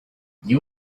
you